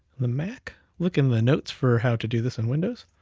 the mac. look in the notes for how to do this in windows.